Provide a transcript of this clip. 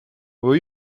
will